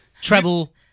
travel